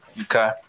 Okay